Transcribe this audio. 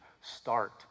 start